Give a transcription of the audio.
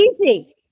Easy